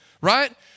right